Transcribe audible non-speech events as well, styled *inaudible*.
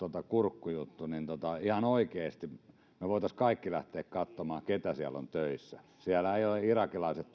kurkkujutusta että ihan oikeasti me voisimme kaikki lähteä katsomaan keitä siellä on töissä siellä ei ole irakilaisia *unintelligible*